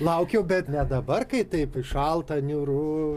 laukiau bet ne dabar kai taip šalta niūru